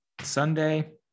Sunday